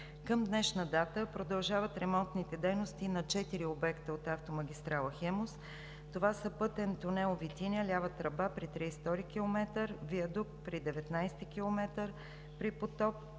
Към днешна дата продължават ремонтните дейности на четири обекта от автомагистрала „Хемус“. Това са: пътен тунел „Витиня“ – лява тръба при 32-и км; виадукт при 19-и км при село